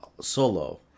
Solo